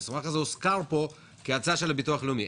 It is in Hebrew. המסמך הזה הוזכר פה כהצעה של הביטוח הלאומי.